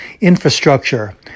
infrastructure